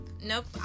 Nope